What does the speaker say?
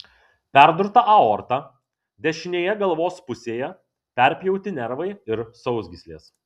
perdurta aorta dešinėje galvos pusėje perpjauti nervai ir sausgyslės